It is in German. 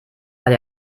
weil